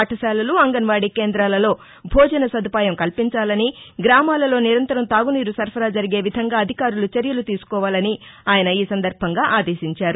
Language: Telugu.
పాఠశాలలు అంగన్వాడీ కేందాలలో భోజన సదుపాయం కల్పించాలని గ్రామాలలో నిరంతరం తాగునీరు సరఫరా జరిగే విధంగా అధికారులు చర్యలు తీసుకోవాలని ఆయన ఈ సందర్భంగా ఆదేశించారు